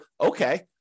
okay